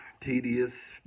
tedious